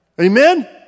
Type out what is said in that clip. Amen